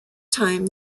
time